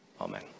Amen